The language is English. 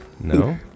No